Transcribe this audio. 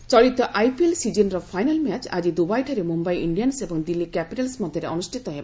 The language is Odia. ଆଇପିଏଲ୍ ଚଳିତ ଆଇପିଏଲ୍ ସିଜିନ୍ର ଫାଇନାଲ୍ ମ୍ୟାଚ୍ ଆଜି ଦୁବାଇଠାରେ ମୁମ୍ୟାଇ ଇଣ୍ଡିଆନ୍ନ ଏବଂ ଦିଲ୍ଲୀ କ୍ୟାପିଟାଲ୍ମ ମଧ୍ୟରେ ଅନୁଷ୍ଠିତ ହେବ